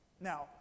Now